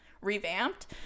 revamped